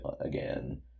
again